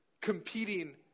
competing